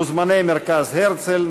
מוזמני מרכז הרצל,